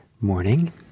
morning